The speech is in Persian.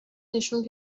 نشون